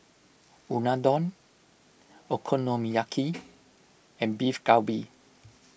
Unadon Okonomiyaki and Beef Galbi